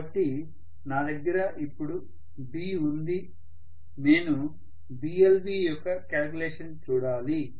కాబట్టి నా దగ్గర ఇప్పుడు B ఉంది నేను Blv యొక్క క్యాలిక్యులేషన్ చూడాలి